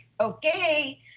okay